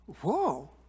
whoa